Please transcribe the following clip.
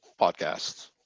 Podcasts